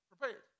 prepared